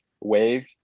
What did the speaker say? wave